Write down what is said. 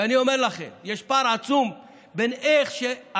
ואני אומר לכם, יש פער עצום בין איך שהכנסת